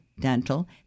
Dental